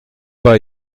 pas